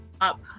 up